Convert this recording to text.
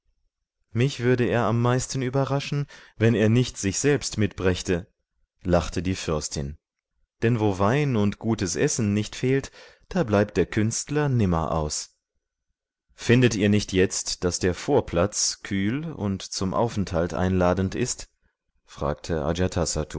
mich würde er am meisten überraschen wenn er nicht sich selbst mitbrächte lachte die fürstin denn wo wein und gutes essen nicht fehlt da bleibt der künstler nimmer aus findet ihr nicht jetzt daß der vorplatz kühl und zum aufenthalt einladend ist fragte